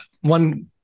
one